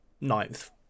ninth